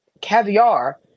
caviar